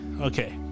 Okay